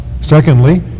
Secondly